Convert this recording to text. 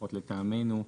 לפחות לטעמנו,